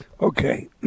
Okay